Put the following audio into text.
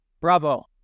bravo